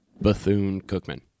Bethune-Cookman